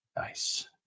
Nice